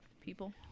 People